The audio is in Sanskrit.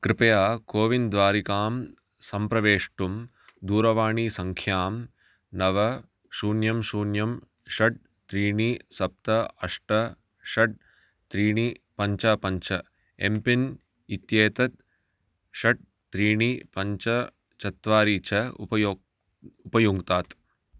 कृपया कोविन् द्वारिकां सम्प्रवेष्टुं दूरवाणीसङ्ख्यां नव शून्यं शून्यं षड् त्रीणि सप्त अष्ट षड् त्रीणि पञ्च पञ्च एम्पिन् इत्येतत् षड् त्रीणि पञ्च चत्वारि च उपयोक् उपयुङ्क्तात्